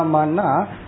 Mana